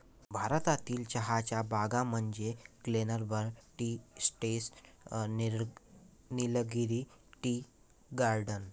भारतातील चहाच्या बागा म्हणजे Glenburn tea estate, Nilgiri tea garden